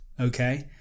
Okay